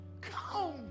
Come